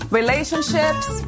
relationships